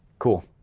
cool,